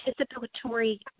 anticipatory